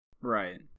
Right